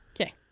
Okay